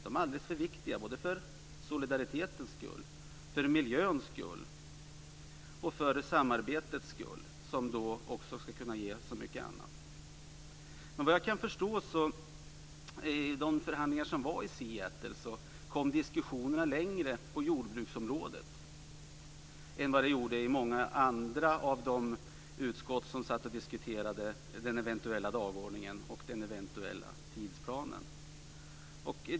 De är alldeles för viktiga för solidaritetens skull, för miljöns skull och för samarbetets skull som också ska kunna ge så mycket annat. I de förhandlingar som var i Seattle kom, vad jag kan förstå, diskussionerna längre på jordbruksområdet än vad de gjorde i många andra av de utskott som diskuterade den eventuella dagordningen och den eventuella tidsplanen.